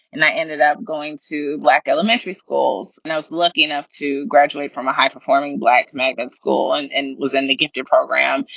and i ended up going to black elementary schools. schools. and i was lucky enough to graduate from a high performing black magnet school and and was in the gifted program.